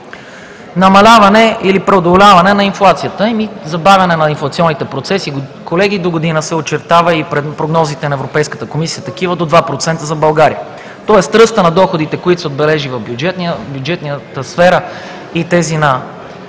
Намаляване или преодоляване на инфлацията, забавяне на инфлационните процеси. Колеги, догодина се очертава – и прогнозите на Европейската комисия са такива – до 2% за България. Тоест ръстът на доходите, които са отбелязани в бюджетната сфера и тези на